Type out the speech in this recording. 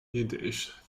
yiddish